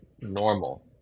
normal